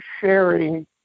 sharing